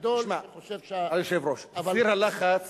היושב-ראש, סיר הלחץ